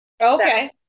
Okay